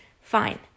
Fine